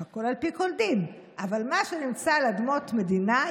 אבל מה שנמצא על אדמות מדינה,